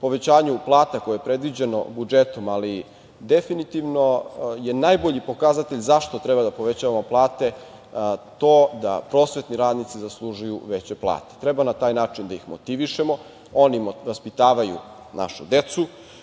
povećanju plata koje je predviđeno budžetom, ali definitivno je najbolji pokazatelj zašto treba da povećavamo plate je to da prosvetni radnici zaslužuju veće plate. Treba na taj način da ih motivišemo. Oni vaspitavaju našu decu,